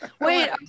Wait